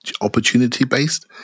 opportunity-based